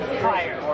prior